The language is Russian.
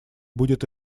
будет